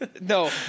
no